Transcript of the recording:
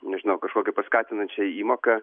nežinau kažkokią paskatinančią įmoką